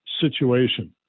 situation